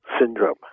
syndrome